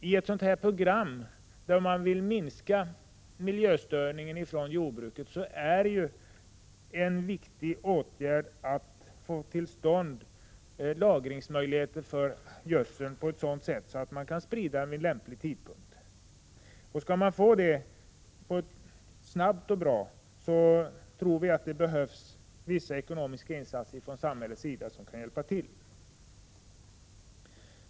I ett sådant här program, där man vill minska miljöförstöringen från jordbruket, är ju en viktig åtgärd att få till stånd lagringsmöjligheter för gödsel på ett sådant sätt att man kan sprida den vid lämplig tidpunkt, och för att det skall gå snabbt tror vi att det behövs vissa ekonomiska insatser från samhällets sida.